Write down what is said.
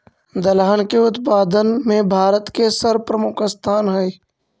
दलहन के उत्पादन में भारत के सर्वप्रमुख स्थान हइ